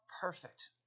perfect